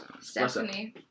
Stephanie